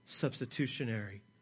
substitutionary